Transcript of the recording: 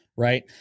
Right